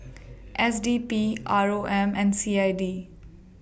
S D P R O M and C I D